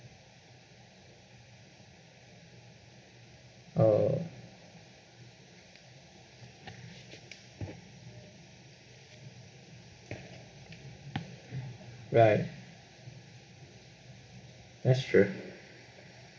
oh right that's true